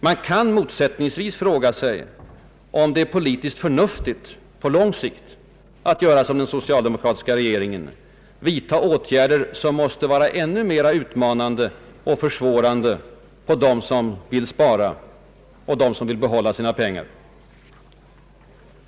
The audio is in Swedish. Man kan motsättningsvis fråga sig, om det är politiskt förnuftigt på lång sikt att göra som den socialdemokratiska regeringen: vidtaga åtgärder som måste verka ännu mera utmanande och försvårande för dem som vill spara och för dem som vill behålla sina pengar.